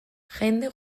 jende